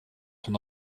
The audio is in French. ton